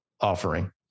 offering